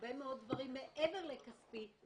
הרבה מאוד דברים מעבר לתחום הכספי,